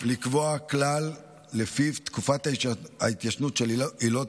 לקבוע כלל שלפיו תקופות התיישנות של עילות